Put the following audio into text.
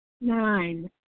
Nine